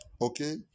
okay